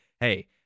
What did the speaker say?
hey